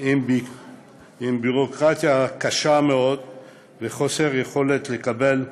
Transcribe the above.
עם ביורוקרטיה קשה מאוד וחוסר יכולת לקבל תמיכה,